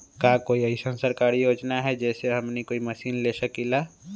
का कोई अइसन सरकारी योजना है जै से हमनी कोई मशीन ले सकीं ला?